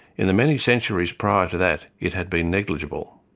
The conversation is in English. in the many centuries prior to that, it had been negligible.